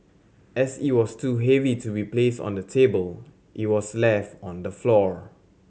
as it was too heavy to be placed on the table it was left on the floor